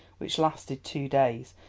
which lasted two days,